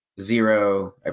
zero